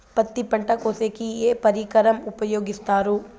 పత్తి పంట కోసేకి ఏ పరికరం ఉపయోగిస్తారు?